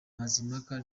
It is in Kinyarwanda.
mazimpaka